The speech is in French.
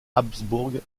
habsbourg